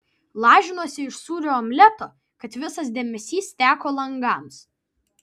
lažinuosi iš sūrio omleto kad visas dėmesys teko langams